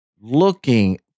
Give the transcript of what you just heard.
looking